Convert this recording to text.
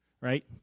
Right